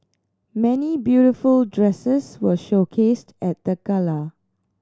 many beautiful dresses were showcased at the gala